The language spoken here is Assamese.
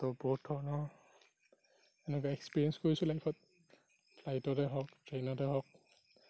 ত' বহুত ধৰণৰ এনেকুৱা এক্সপেৰিয়েন্স কৰিছোঁ লাইফত ফ্লাইটতে হওক ট্ৰেইনতে হওক